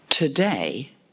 Today